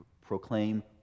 proclaim